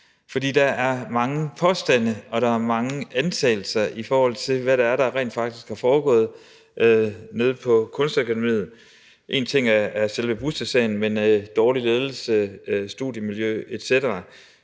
For der er mange påstande, og der er mange antagelser, i forhold til hvad det er, der rent faktisk er foregået nede på Kunstakademiet. Én ting er selve bustesagen, men noget andet er dårlig ledelse, studiemiljø etc.